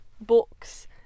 books